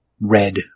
Red